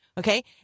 Okay